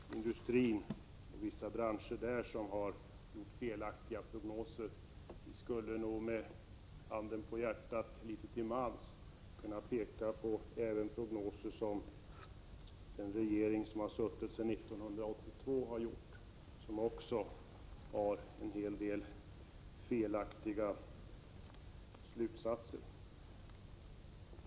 Fru talman! Jag är övertygad om att det inte är vissa branscher inom industrin som har gjort felaktiga prognoser. Vi skulle nog litet till mans med handen på hjärtat kunna peka även på prognoser som har gjorts av den regering som har suttit sedan 1982 — prognoser där en hel del felaktiga slutsatser har dragits.